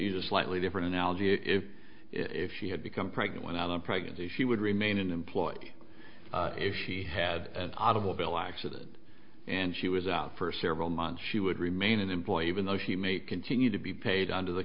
is a slightly different analogy if if she had become pregnant without a pregnancy she would remain an employee if she had an audible bill accident and she was out for several months she would remain an employee even though she may continue to be paid under the